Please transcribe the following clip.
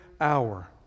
hour